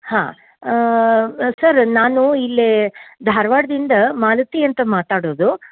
ಹಾಂ ಸರ್ ನಾನು ಇಲ್ಲೇ ಧಾರವಾಡದಿಂದ ಮಾಲತಿ ಅಂತ ಮಾತಾಡೋದು